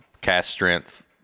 cast-strength